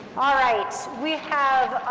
all right, we have,